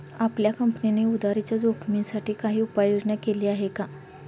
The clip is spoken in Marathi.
आपल्या कंपनीने उधारीच्या जोखिमीसाठी काही उपाययोजना केली आहे का?